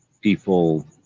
people